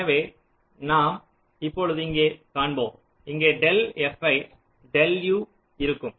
எனவே நாம் இப்பொழுது இங்கே காண்போம் இங்கே டெல் fi டெல் u இருக்கும்